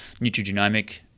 nutrigenomic